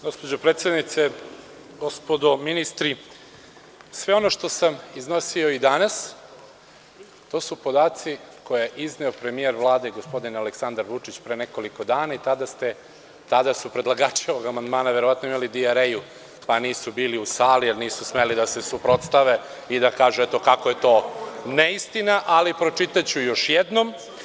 Gospođo predsednice, gospodo ministri, sve ono što sam iznosio i danas, to su podaci koje je izneo premijer Vlade gospodin Aleksandar Vučić pre nekoliko dana i tada su predlagači ovog amandmana verovatno imali dijareju pa nisu bili u sali, jer nisu smeli da se suprotstave i da kažu kako je to neistina, ali pročitaću još jednom.